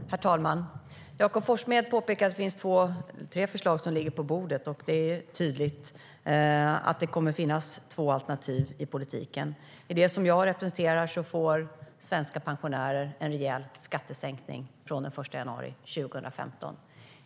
Herr talman! Jakob Forssmed påpekade att det finns tre förslag som ligger på bordet. Det är tydligt att det kommer att finnas två alternativ i politiken. Med det som jag representerar får svenska pensionärer en rejäl skattesänkning från den 1 januari 2015.